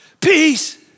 peace